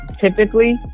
typically